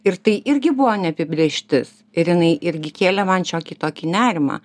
ir tai irgi buvo neapibrėžtis ir jinai irgi kėlė man šiokį tokį nerimą